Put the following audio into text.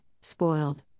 spoiled